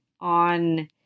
on